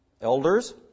Elders